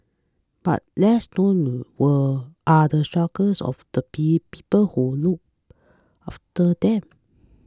but less known were are the struggles of the pee people who look after them